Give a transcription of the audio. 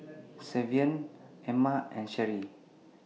Savion Emma and Sharee